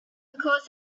because